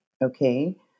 Okay